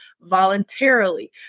voluntarily